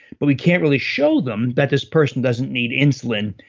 but we can't really show them that this person doesn't need insulin,